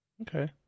Okay